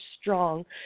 strong